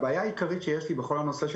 הבעיה העיקרית שיש לי בכל הנושא של